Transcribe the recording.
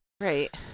Right